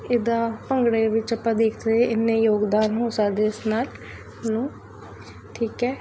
ਇੱਦਾਂ ਭੰਗੜੇ ਦੇ ਵਿੱਚ ਆਪਾਂ ਦੇਖ ਰਹੇ ਇੰਨੇ ਯੋਗਦਾਨ ਹੋ ਸਕਦੇ ਇਸ ਨਾਲ ਸਾਨੂੰ ਠੀਕ ਹੈ